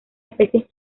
especies